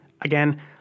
Again